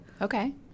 okay